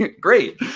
great